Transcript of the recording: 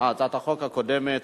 2012,